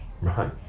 Right